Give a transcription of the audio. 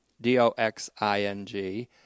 d-o-x-i-n-g